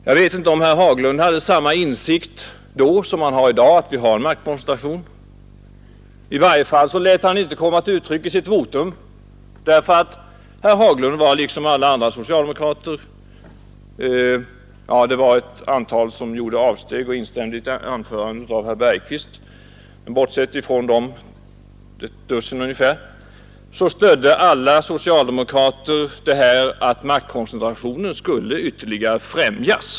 Jag vet inte om herr Haglund hade samma åsikt då som han har i dag om att vi har maktkoncentration. I varje fall lät han inte detta komma till uttryck i sitt votum. Herr Haglund liksom alla andra socialdemokrater — en del av dem, ett dussin ungefär, gjorde avsteg och instämde i ett anförande av herr Bergqvist — stödde åsikten att maktkoncentrationen skulle ytterligare främjas.